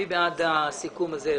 מי בעד הסיכום הזה?